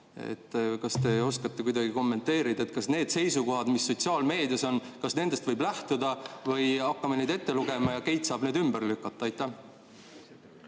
Kas te oskate kuidagi kommenteerida? Kas nendest seisukohtadest, mis sotsiaalmeedias on, võib lähtuda või hakkame neid ette lugema ja Keit saab need ümber lükata? Aitäh,